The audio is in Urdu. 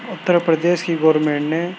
اتّر پردیش کی گورنمنٹ نے